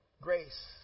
Grace